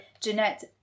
Jeanette